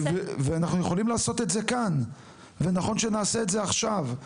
ואנחנו יכולים לעשות את זה כאן ונכון שנעשה את זה עכשיו,